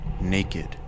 naked